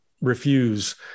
refuse